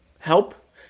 help